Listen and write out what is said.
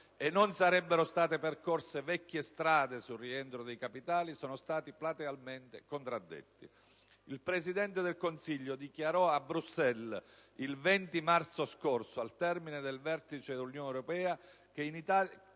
e non sarebbero state percorse vecchie strade sul rientro dei capitali sono stati platealmente contraddetti. Il Presidente del Consiglio dichiarò a Bruxelles, il 20 marzo scorso, al termine del vertice dell'Unione Europea,